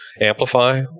Amplify